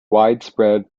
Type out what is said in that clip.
widespread